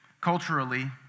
Culturally